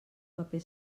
paper